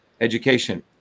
education